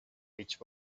which